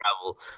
travel